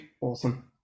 awesome